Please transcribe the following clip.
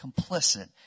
complicit